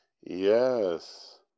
Yes